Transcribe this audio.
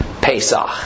Pesach